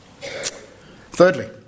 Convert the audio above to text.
Thirdly